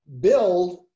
build